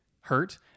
hurt